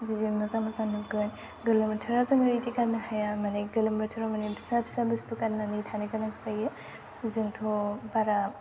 जि मोजां मोजां नुगोन गोलोम बोथोराव जोङो इदि गाननो हाया माने गोलोम बोथोराव माने फिसा फिसा बुस्थु गाननानै थानो गोनां जायो जोंथ' बारा